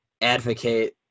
advocate